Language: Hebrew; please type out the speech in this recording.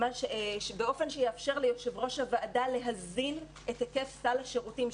באופן שיאפשר ליושב-ראש הוועדה להזין את היקף סל השירותים,